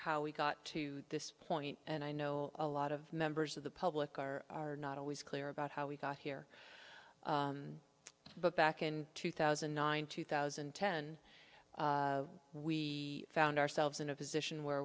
how we got to this point and i know a lot of members of the public are not always clear about how we got here but back in two thousand and nine two thousand and ten we found ourselves in a position where